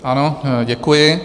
Ano, děkuji.